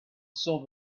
saw